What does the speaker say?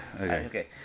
okay